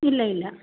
ഇല്ല ഇല്ല